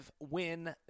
win